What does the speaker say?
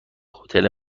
هتل